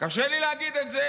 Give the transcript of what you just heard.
קשה לי להגיד את זה.